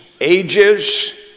Ages